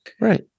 Right